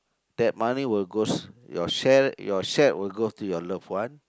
that money will goes your share your share will go to your loved ones